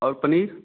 और पनीर